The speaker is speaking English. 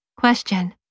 Question